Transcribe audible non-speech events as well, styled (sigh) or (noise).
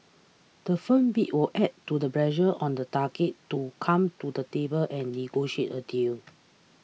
the firm bid will add to the pressure on the target to come to the table and negotiate a deal (noise)